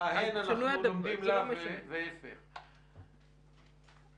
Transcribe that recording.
האם בחקירה אפידמיולוגית מקבלים מסרון?